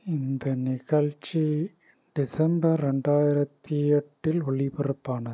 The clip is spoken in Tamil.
இந்த நிகழ்ச்சி டிசம்பர் ரெண்டாயிரத்தி எட்டில் ஒளிபரப்பானது